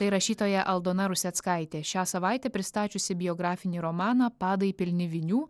tai rašytoja aldona ruseckaitė šią savaitę pristačiusi biografinį romaną padai pilni vinių